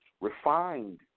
refined